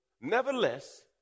Nevertheless